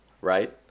right